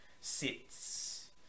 Sits